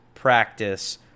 practice